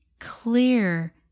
clear